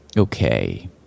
Okay